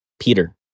Peter